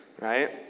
right